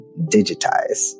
digitize